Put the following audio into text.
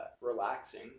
relaxing